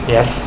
Yes